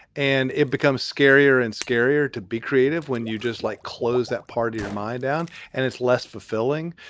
and it becomes scarier and scarier to be creative when you just, like, close that part of your mind down and it's less fulfilling.